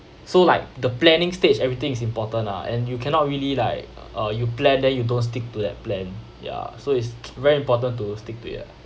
so like the planning stage everything is important lah and you cannot really like uh you plan then you don't stick to that plan ya so it's very important to stick to ya